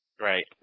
Right